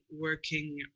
working